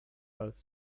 als